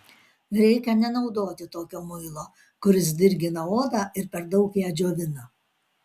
reikia nenaudoti tokio muilo kuris dirgina odą ir per daug ją džiovina